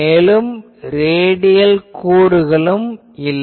மேலும் ரேடியல் கூறுகளும் இல்லை